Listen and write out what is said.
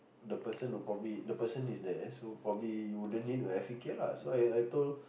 the person would probably the person is there so probably you wouldn't need a care lah so I I told